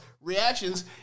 reactions